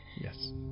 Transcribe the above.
Yes